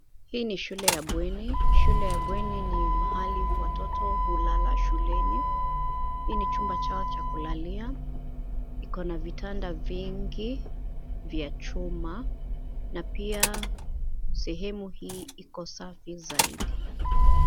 Hii ni shule ya bweni. Shule ya bweni ni mahali watoto hulala shuleni. Hii ni chumba chao cha kulalia. Kiko na vitanda vingi vya chuma na pia sehemu hii iko safi zaidi.